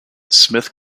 smith